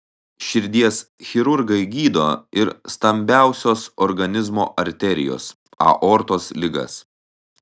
širdies chirurgai gydo ir stambiausios organizmo arterijos aortos ligas